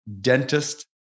dentist